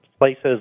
places